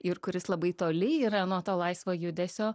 ir kuris labai toli yra nuo to laisvo judesio